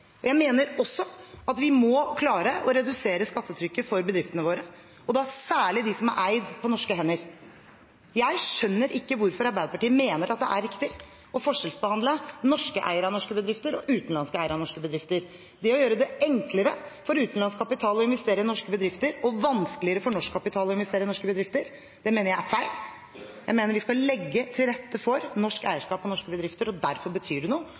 Jeg mener også at vi må klare å redusere skattetrykket for bedriftene våre, og da særlig for dem som er på norske hender. Jeg skjønner ikke hvorfor Arbeiderpartiet mener at det er riktig å forskjellsbehandle norske eiere av norske bedrifter og utenlandske eiere av norske bedrifter. Det å gjøre det enklere for utenlandsk kapital å investere i norske bedrifter og vanskeligere for norsk kapital å investere i norske bedrifter, mener jeg er feil. Jeg mener vi skal legge til rette for norsk eierskap til norske bedrifter, og derfor betyr det noe